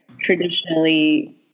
traditionally